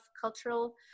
cultural